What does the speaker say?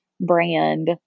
brand